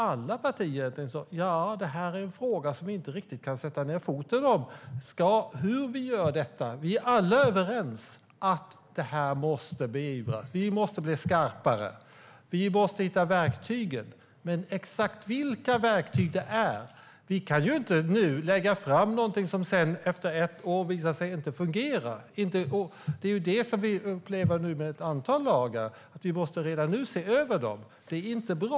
Alla partier sa då att detta är en fråga där man inte riktigt kan sätta ned foten när det gäller hur detta ska göras. Alla är överens om att detta måste beivras, att vi måste bli skarpare och att vi måste hitta verktygen. Men exakt vilka verktyg det är vet vi inte. Vi kan inte nu lägga fram någonting som efter ett år visar sig inte fungera. Det är det som vi nu upplever med ett antal lagar, alltså att vi redan nu måste se över dem. Det är inte bra.